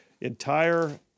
entire